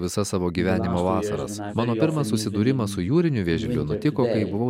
visas savo gyvenimo vasaras mano pirmas susidūrimas su jūriniu vėžliu nutiko kai buvau